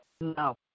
No